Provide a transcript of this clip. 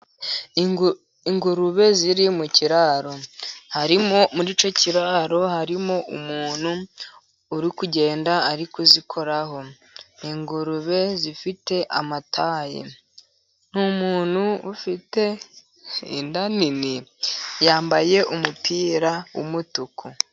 Ingurube ziri mu kiraro, muri icyo kiraro harimo umuntu uri kugenda ari kuzikoraho. ingurube zifite amatayi, n'umuntu ufite inda nini, yambaye umupira w'umutuku.